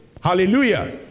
Hallelujah